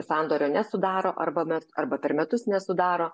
sandorio nesudaro arba mes arba per metus nesudaro